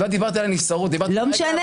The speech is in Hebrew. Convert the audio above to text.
לא דיברתי על הנבצרות, דיברתי --- לא משנה.